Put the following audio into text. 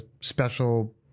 special